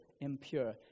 impure